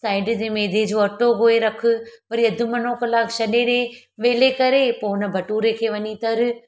side में मैदे जो अटो ॻोए रखु वरी अधु मुनो कलाक छॾे ॾे वेले करे पोइ हुन भटुरे खे वञीं तरु